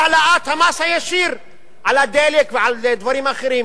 העלאת המס הישיר על הדלק ועל דברים אחרים,